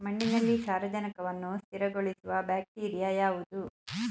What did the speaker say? ಮಣ್ಣಿನಲ್ಲಿ ಸಾರಜನಕವನ್ನು ಸ್ಥಿರಗೊಳಿಸುವ ಬ್ಯಾಕ್ಟೀರಿಯಾ ಯಾವುದು?